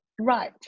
right